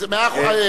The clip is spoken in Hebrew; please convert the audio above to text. זה מאה אחוז.